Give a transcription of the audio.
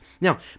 Now